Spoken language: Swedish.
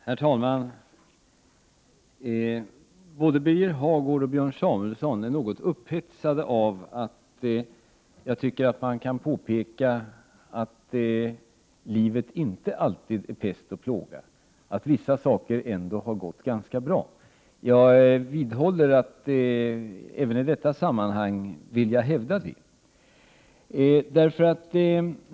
Herr talman! Både Birger Hagård och Björn Samuelson är något upphetsade av att jag tycker att man kan påpeka att livet inte alltid är pest och plåga, att vissa saker ändå har gått ganska bra. Jag vidhåller den uppfattningen och vill även i detta sammanhang hävda detta.